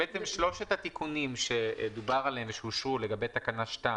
את שלושת התיקונים שדובר עליהם ושאושרו לגבי תקנה 2